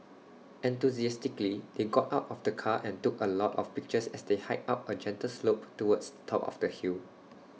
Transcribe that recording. enthusiastically they got out of the car and took A lot of pictures as they hiked up A gentle slope towards the top of the hill